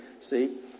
See